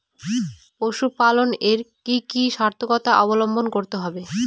পশুপালন এ কি কি সর্তকতা অবলম্বন করতে হবে?